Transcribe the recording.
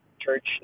church